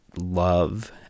love